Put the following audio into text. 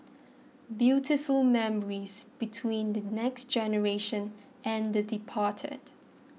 beautiful memories between the next generation and the departed